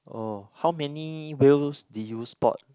oh how many whales did you spot